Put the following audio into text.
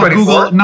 Google